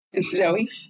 Zoe